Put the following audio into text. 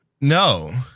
no